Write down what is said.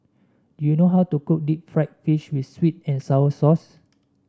do you know how to cook Deep Fried Fish with sweet and sour sauce